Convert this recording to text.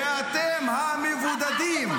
--- תומכת הטרור הראשונה --- שחמאס מעסיק --- ואתם המבודדים.